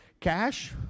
cash